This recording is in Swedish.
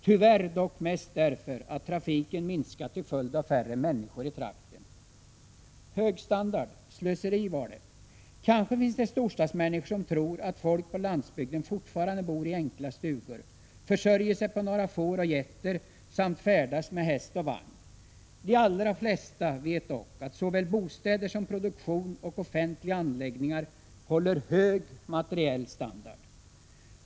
Tyvärr dock mest därför att trafiken minskat till följd av färre människor i trakten. Slöseri var det... Kanske finns det storstadsmänniskor som tror att folk på landsbygden fortfarande bor i enkla stugor, försörjer sig på några får och getter samt färdas med häst och vagn. De allra flesta vet dock att såväl bostäder som produktion och offentliga anläggningar håller hög materiell standard.